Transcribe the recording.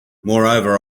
moreover